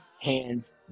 hands